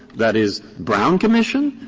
that is brown commission.